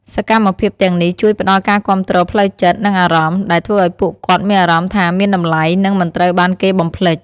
សកម្មភាពទាំងនេះជួយផ្ដល់ការគាំទ្រផ្លូវចិត្ត និងអារម្មណ៍ ដែលធ្វើឲ្យពួកគាត់មានអារម្មណ៍ថាមានតម្លៃ និងមិនត្រូវបានគេបំភ្លេច។